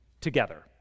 together